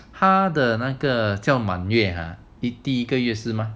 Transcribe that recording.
他的那个叫满月 ah 第一个月是吗